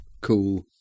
cool